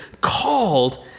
called